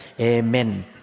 Amen